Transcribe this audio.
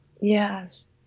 Yes